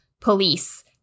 police